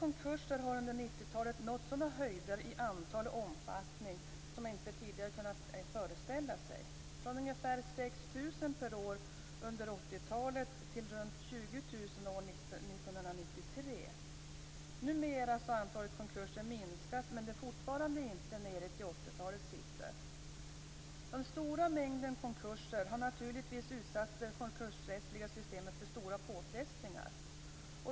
Konkurserna har under 90-talet nått sådana höjder i antal och omfattning som man tidigare inte kunnat föreställa sig, från ungefär 6 000 per år under 80-talet till runt 20 000 år 1993. Numera har antalet konkurser minskat, men de är fortfarande inte nere i 80-talets siffror. Den stora mängden konkurser har naturligtvis utsatt det konkursrättsliga systemet för stora påfrestningar.